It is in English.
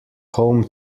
home